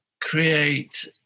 create